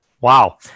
wow